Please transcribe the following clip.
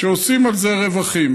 שעושים על זה רווחים.